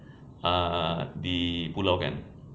ah dipulangkan